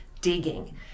digging